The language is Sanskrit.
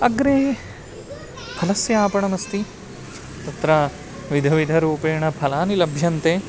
अग्रे फलस्य आपणमस्ति तत्र विविधरूपेण फलानि लभ्यन्ते